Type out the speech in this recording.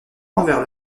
envers